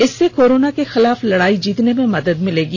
इससे कोरोना के खिलाफ लड़ाई जीतने में मदद मिलेगी